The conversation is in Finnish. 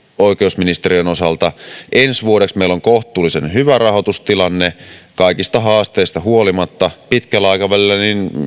oikeusministeriön osalta ensi vuodeksi meillä on kohtuullisen hyvä rahoitustilanne kaikista haasteista huolimatta pitkällä aikavälillä